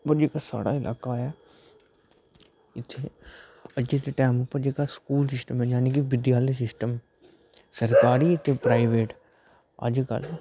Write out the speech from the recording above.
ओह् जेह्का साढ़ा इलाका ऐ अज्ज दे टैम पर जेह्का स्कूल सिस्टम यानि की विद्यालय सिस्टम सरकारी ते प्राईवेट अज्जकल